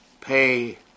pay